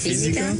הבריאותי,